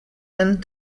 and